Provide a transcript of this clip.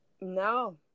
No